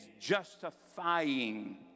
justifying